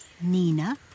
Nina